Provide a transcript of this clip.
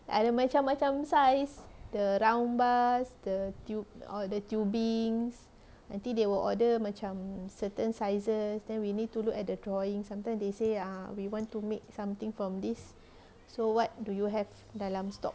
ada macam-macam size the round bars the tube all the tubings nanti they will order macam certain sizes then we need to look at the drawing sometimes they say ah we want to make something from this so what do you have dalam stock